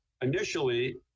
initially